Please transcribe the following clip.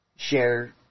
Share